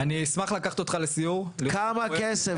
אני אשמח לקחת אותך לסיור כמה כסף?